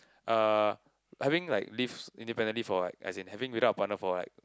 uh having like lives independently for like as in having without a partner for like